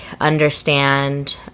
understand